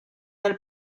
del